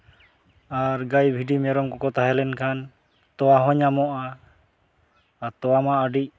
ᱟᱨ ᱜᱟᱹᱭ ᱵᱷᱤᱰᱤ ᱢᱮᱨᱚᱢ ᱠᱚᱠᱚ ᱛᱟᱦᱮᱸᱞᱮᱱ ᱠᱷᱟᱱ ᱛᱚᱣᱟ ᱦᱚᱸ ᱧᱟᱢᱚᱜᱼᱟ ᱟᱨ ᱛᱚᱣᱟ ᱢᱟ ᱟᱹᱰᱤ